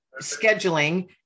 scheduling